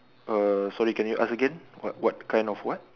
uh sorry can you ask again what what what kind of what